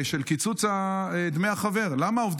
לקיצוץ דמי החבר.